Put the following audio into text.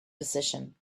position